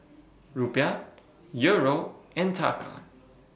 Rupiah Euro and Taka